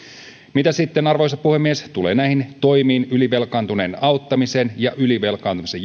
mitä sitten arvoisa puhemies tulee toimiin ylivelkaantuneen auttamiseksi ja ylivelkaantumisen